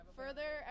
further